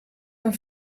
een